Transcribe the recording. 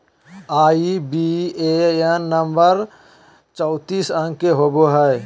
IBAN number चौतीस अंक के होवो हय